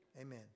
Amen